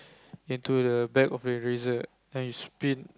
into the back of the eraser and you spin